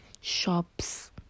shops